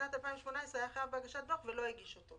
שבשנת 2018 היה חייב בהגשת דוח ולא הגיש אותו,